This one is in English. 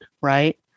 right